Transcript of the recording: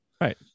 Right